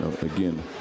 Again